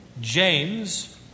James